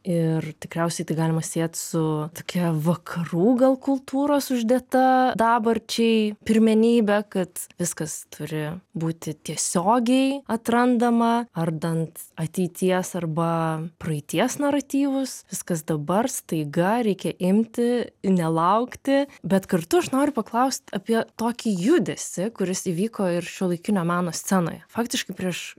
ir tikriausiai tai galima siet su tokia vakarų gal kultūros uždėta dabarčiai pirmenybe kad viskas turi būti tiesiogiai atrandama ardant ateities arba praeities naratyvus viskas dabar staiga reikia imti nelaukti bet kartu aš noriu paklaust apie tokį judesį kuris įvyko ir šiuolaikinio meno scenoje faktiškai prieš